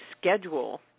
schedule